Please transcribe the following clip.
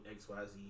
XYZ